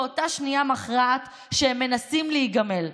באותה שנייה מכרעת שהם מנסים להיגמל.